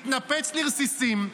מתנפץ לרסיסים.